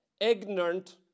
ignorant